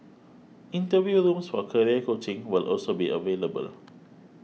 interview rooms for career coaching will also be available